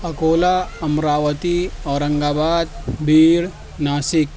Akola Amravati Aurangabad Beed Nashik